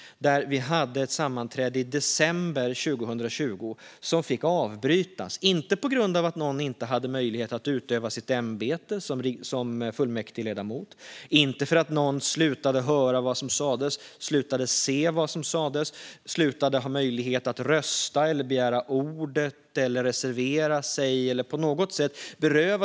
Vi hade ett sammanträde i december 2020 som fick avbrytas, inte på grund av att någon inte hade möjlighet att utöva sitt ämbete som fullmäktigeledamot, inte för att någon slutade höra vad som sas, inte för att någon slutade se vad som sas och inte för att någon slutade ha möjlighet att rösta, begära ordet eller reservera sig.